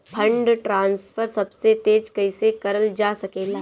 Fund transfer सबसे तेज कइसे करल जा सकेला?